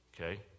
Okay